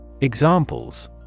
Examples